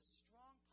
strong